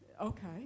Okay